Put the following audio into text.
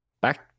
Back